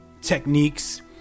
techniques